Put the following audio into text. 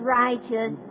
righteous